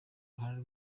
ruhande